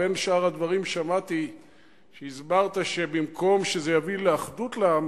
בין שאר הדברים שמעתי שהסברת שבמקום שזה יביא לאחדות לעם,